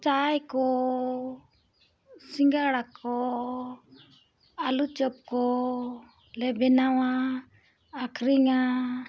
ᱪᱟᱭ ᱠᱚ ᱥᱤᱸᱜᱟᱲᱟ ᱠᱚ ᱟᱹᱞᱩ ᱪᱚᱯ ᱠᱚᱞᱮ ᱵᱮᱱᱟᱣᱟ ᱟᱹᱠᱷᱨᱤᱧᱟ